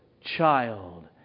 child